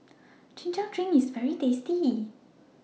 Chin Chow Drink IS very tasty